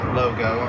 logo